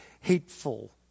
hateful